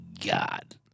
God